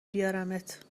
بیارمت